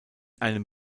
einem